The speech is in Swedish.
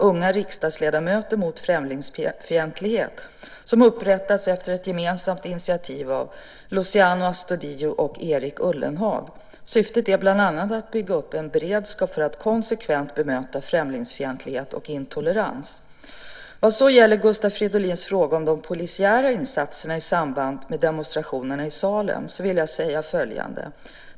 Unga riksdagsledamöter mot främlingsfientlighet", som upprättats efter ett gemensamt initiativ av Luciano Astudillo och Erik Ullenhag. Syftet är bland annat att bygga upp en beredskap för att konsekvent bemöta främlingsfientlighet och intolerans. Vad så gäller Gustav Fridolins fråga om de polisiära insatserna i samband med demonstrationerna i Salem vill jag säga följande.